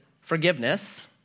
forgiveness